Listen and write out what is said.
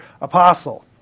apostle